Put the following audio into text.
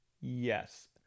Yes